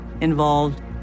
involved